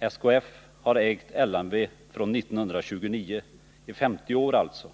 SKF har ägt LMV från 1929. I 50 år alltså!